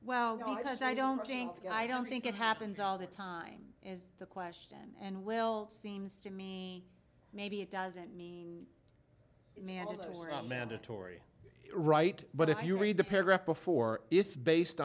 does i don't think i don't think it happens all the time is the question and will seems to me maybe it doesn't mean it mandatory that mandatory right but if you read the paragraph before it's based